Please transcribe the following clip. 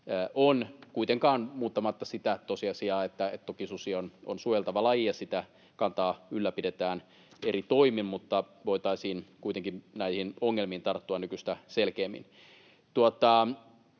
on — kuitenkaan muuttamatta sitä tosiasiaa, että toki susi on suojeltava laji ja sitä kantaa ylläpidetään eri toimin. Mutta voitaisiin kuitenkin näihin ongelmiin tarttua nykyistä selkeämmin.